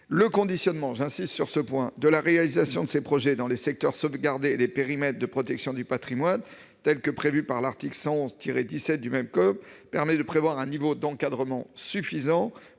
Le conditionnement de la réalisation de ces projets dans les secteurs sauvegardés et les périmètres de protection du patrimoine tels que définis par l'article L. 111-17 du même code permet de prévoir un niveau d'encadrement suffisant